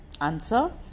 answer